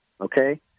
okay